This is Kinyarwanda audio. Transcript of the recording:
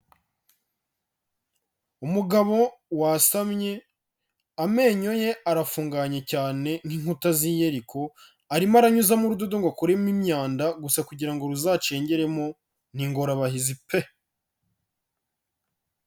Umugabo wasamye, amenyo ye arafunganye cyane nk'inkuta z'i Yeriko, arimo aranyuzamo urudodo ngo akuremo imyanda, gusa kugira ngo ruzacengeremo ni ingorabahizi pe!